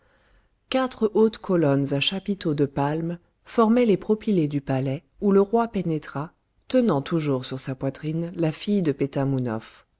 quatre hautes colonnes à chapiteaux de palmes formaient les propylées du palais où le roi pénétra tenant toujours sur sa poitrine la fille de